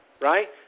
right